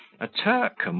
a turk,